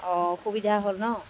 অ' সুবিধা হ'ল ন